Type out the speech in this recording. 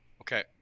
okay